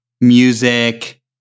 music